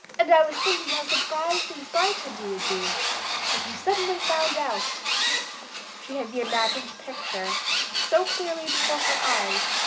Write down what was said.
and i was thinking how surprised and frightened you would be if you suddenly found out she had the imagined picture so clearly before her eyes,